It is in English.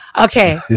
Okay